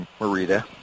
Marita